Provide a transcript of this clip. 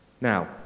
Now